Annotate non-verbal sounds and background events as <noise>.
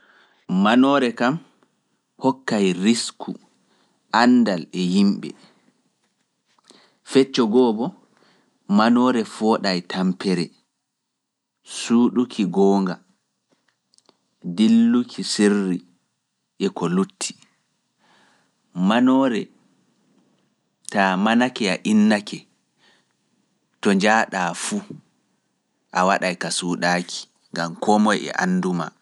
Manoore kam hokkay risku anndal e yimɓe. Fecco go'o bo, manoore fooɗay tampere, suuɗuki <noise> goonga, dilluki sirri e ko lutti. Manoore taa manake ya innake, to njaaɗaa fuu, a waɗay ka suuɗaaki, ngam koo moye e andu maa.